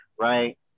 Right